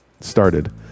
started